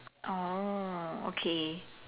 oh okay